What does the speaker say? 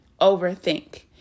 overthink